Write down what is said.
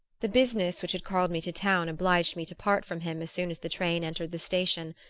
the business which had called me to town obliged me to part from him as soon as the train entered the station,